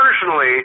personally